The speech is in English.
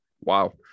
Wow